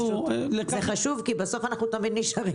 זה חשוב כי בסוף אנחנו תמיד נשארים בחוץ.